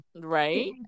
Right